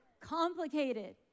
complicated